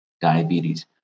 diabetes